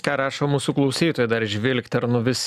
ką rašo mūsų klausytojai dar žvilkternu vis